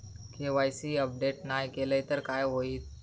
KYC update नाय केलय तर काय होईत?